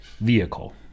vehicle